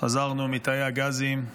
חזרנו מתאי הגזים,